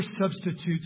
substitutes